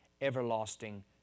everlasting